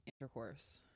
Intercourse